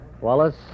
Wallace